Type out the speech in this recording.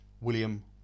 William